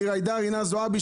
של ג'ידא רינאוי זועבי,